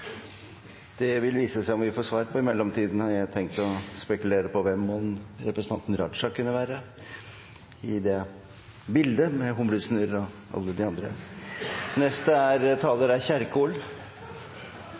Det vil vise seg om vi får svar på det. I mellomtiden har jeg tenkt å spekulere i hvem representanten Raja kunne vært i det bildet, med Humlesnurr og alle de andre karakterene fra Harry Potter. Neste taler er